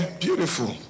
beautiful